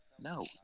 no